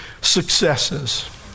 successes